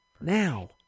now